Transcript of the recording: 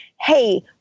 hey